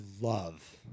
love